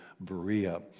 Berea